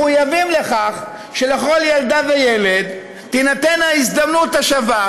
מחויבים לכך שלכל ילדה וילד תינתן ההזדמנות השווה